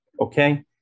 Okay